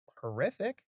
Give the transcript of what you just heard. horrific